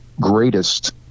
Greatest